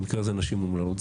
במקרה הזה נשים אומללות.